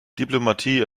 diplomatie